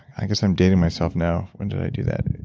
i guess i'm dating myself, now? when did i do that?